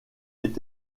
est